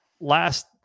Last